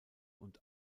und